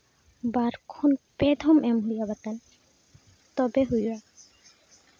ᱵᱟᱨ ᱠᱷᱚᱱ ᱯᱮ ᱫᱚᱢ ᱮᱢ ᱦᱩᱭᱩᱜᱼᱟ ᱵᱟᱛᱟᱱ ᱛᱚᱵᱮ ᱦᱩᱭᱩᱜᱼᱟ